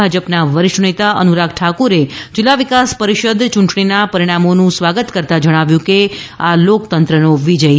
ભાજપના વરિષ્ઠ નેતા અનુરાગ ઠાકુરે જિલ્લા વિકાસ પરિષદ યૂંટણીના પરિણામોનું સ્વાગત કરતાં જણાવ્યું કે આ લોકતંત્રનો વિજય છે